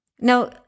now